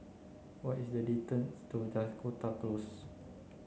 what is the distance to Dakota Close